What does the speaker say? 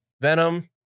Venom